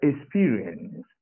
experience